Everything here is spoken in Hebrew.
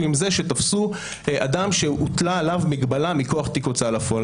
עם זה שתפסו אדם שהוטלה עליו מגבלה מכוח תיק הוצאה לפועל.